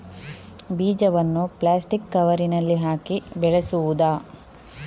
ಬೀಜವನ್ನು ಪ್ಲಾಸ್ಟಿಕ್ ಕವರಿನಲ್ಲಿ ಹಾಕಿ ಬೆಳೆಸುವುದಾ?